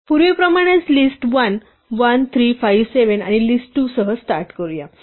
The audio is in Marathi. पूर्वीप्रमाणेच लिस्ट 1 1 3 5 7 आणि लिस्ट 2 सह स्टार्ट करूया